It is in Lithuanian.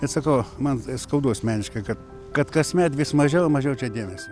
net sakau man tai skaudu asmeniškai kad kad kasmet vis mažiau ir mažiau čia dėmesio